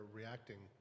reacting